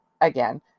Again